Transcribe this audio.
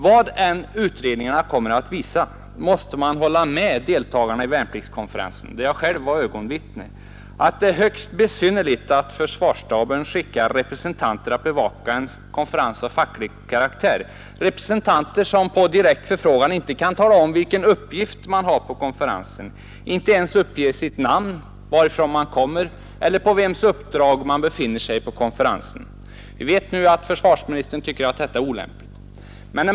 Vad utredningarna än kommer att visa måste man hålla med deltagarna i konferensen, där jag själv var ögonvittne, om att det är högst besynnerligt att försvarsstaben skickar representanter att bevaka en konferens av facklig karaktär — representanter som på direkt förfrågan inte kan tala om vilken uppgift de har på konferensen, som inte ens uppger sitt namn, varifrån de kommer eller på vems uppdrag de befinner sig där. Vi vet nu att försvarsministern tycker att detta är olämpligt.